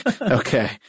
Okay